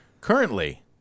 Currently